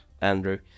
Andrew